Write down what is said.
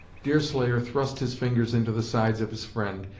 deerslayer thrust his fingers into the sides of his friend,